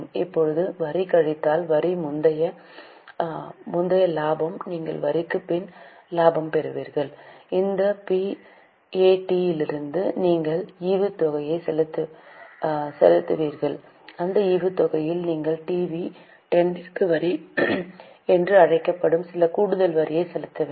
இப்போது வரி கழித்தல் வரிக்கு முந்தைய லாபம் நீங்கள் வரிக்குப் பின் லாபம் பெறுவீர்கள் அந்த பிஏடியிலிருந்து நீங்கள் ஈவுத்தொகையை செலுத்துகிறீர்கள் அந்த ஈவுத்தொகையில் நீங்கள் டிவி டெண்டிற்கு வரி என்று அழைக்கப்படும் சில கூடுதல் வரியை செலுத்த வேண்டும்